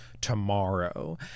tomorrow